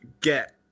get